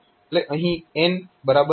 તો અહીં n8 bit છે